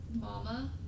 Mama